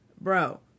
bro